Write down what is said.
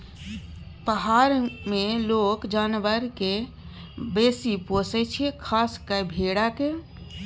पहार मे लोक जानबर केँ बेसी पोसय छै खास कय भेड़ा केँ